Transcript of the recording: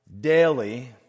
daily